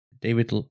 David